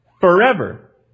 forever